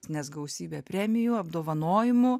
nes gausybė premijų apdovanojimų